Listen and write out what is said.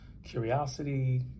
Curiosity